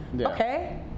Okay